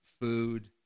food